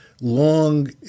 long